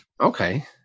Okay